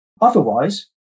Otherwise